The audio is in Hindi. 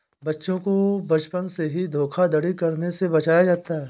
बच्चों को बचपन से ही धोखाधड़ी करने से बचाया जाता है